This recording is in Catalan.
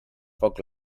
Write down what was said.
foc